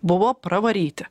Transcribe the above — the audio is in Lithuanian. buvo pravaryti